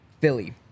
Philly